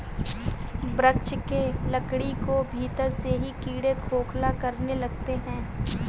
वृक्ष के लकड़ी को भीतर से ही कीड़े खोखला करने लगते हैं